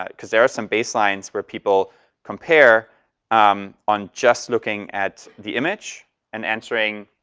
ah cuz there are some baselines where people compare um on just looking at the image and answering,